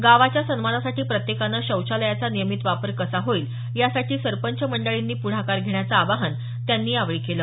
गावाच्या सन्मानासाठी प्रत्येकानं शौचालयाचा नियमित वापर कसा होईल यासाठी सरपंच मंडळींनी प्रढाकार घेण्याचं आवाहन त्यांनी यावेळी केलं